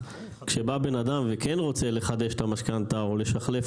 כשבא בן אדם וכן רוצה לחדש את המשכנתה או לשחלף